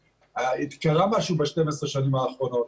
קרה משהו ב-12 השנים האחרונות.